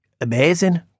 Amazing